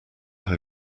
how